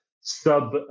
sub